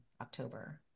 October